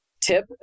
tip